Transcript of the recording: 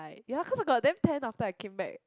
ya then how come I got damn tan after I came back